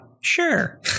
Sure